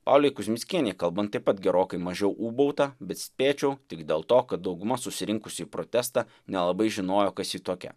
paulei kuzmickienei kalbant taip pat gerokai mažiau ūbauta bet spėčiau tik dėl to kad dauguma susirinkusių į protestą nelabai žinojo kas ji tokia